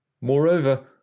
Moreover